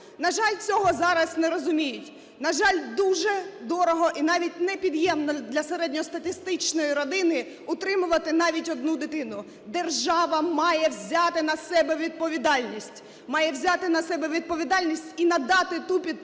На жаль, цього зараз не розуміють. На жаль, дуже дорого, і навіть непідйомно для середньостатистичної родини утримувати навіть одну дитину. Держава має взяти на себе відповідальність, має взяти